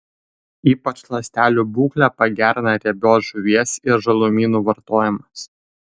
ypač ląstelių būklę pagerina riebios žuvies ir žalumynų vartojimas